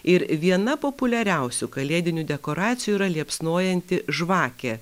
ir viena populiariausių kalėdinių dekoracijų yra liepsnojanti žvakė